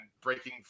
breaking